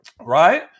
right